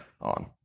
on